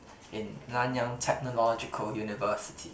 in Nanyang-Technological-University